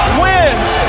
wins